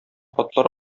хатлар